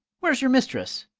where's your mistress?